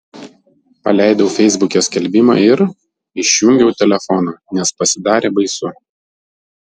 paleidau feisbuke skelbimą ir išjungiau telefoną nes pasidarė baisu